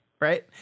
Right